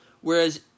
Whereas